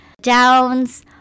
downs